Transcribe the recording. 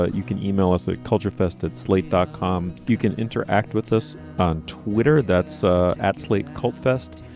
ah you can e-mail us at culture fest at slate dot com. you can interact with us on twitter. that's ah at slate cult fest.